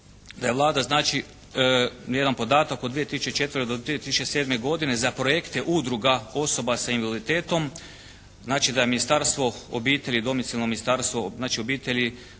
da je Vlada znači jedan podatak od 2004. do 2007. za projekte udruga osoba sa invaliditetom, znači da je Ministarstvo obitelji, domicijalno ministarstvo znači obitelji,